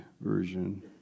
Version